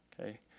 Okay